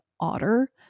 Otter